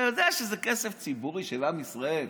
אתה יודע שזה כסף ציבורי של עם ישראל.